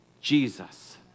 Jesus